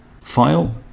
file